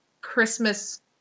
Christmas